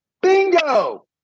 Bingo